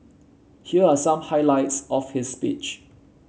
here are some highlights of his speech